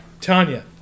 Tanya